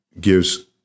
gives